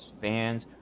fans